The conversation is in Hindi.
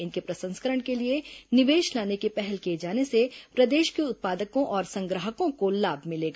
इनके प्रसंस्करण के लिए निवेश लाने की पहल किए जाने से प्रदेश के उत्पादकों और संग्राहकों को लाभ मिलेगा